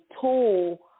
tool